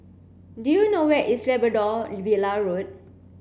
do you know where is Labrador Villa Road